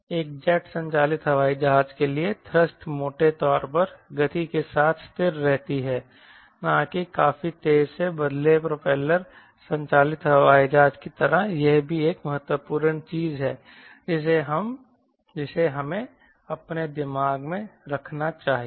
एक जेट संचालित हवाई जहाज के लिए थ्रस्ट मोटे तौर पर गति के साथ स्थिर रहती है न कि काफी तेजी से बदले प्रोपेलर संचालित हवाई जहाज की तरह यह भी एक महत्वपूर्ण चीज है जिसे हमें अपने दिमाग में रखना चाहिए